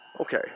okay